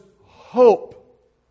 hope